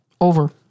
Over